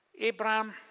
Abraham